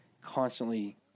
constantly